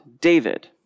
David